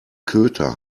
köter